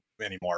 anymore